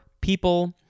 people